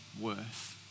worth